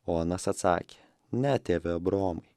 o anas atsakė ne tėve abraomai